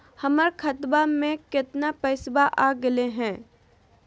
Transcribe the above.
हमर खतवा में कितना पैसवा अगले हई?